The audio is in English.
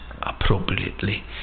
appropriately